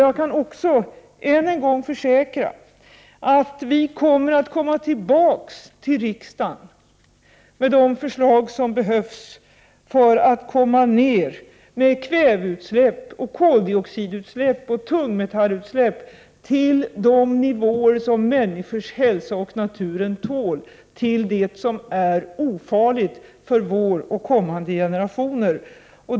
Jag kan också än en gång försäkra att vi kommer tillbaka till riksdagen med de förslag som behövs för att få ner kväveutsläpp, koldioxidutsläpp och tungmetallutsläpp till de nivåer som människors hälsa och naturen tål, till det som är ofarligt för vår generation och kommande generationer.